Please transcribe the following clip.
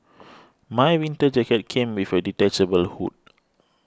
my winter jacket came with a detachable hood